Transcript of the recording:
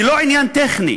היא לא עניין טכני,